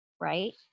right